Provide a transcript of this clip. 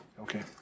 Okay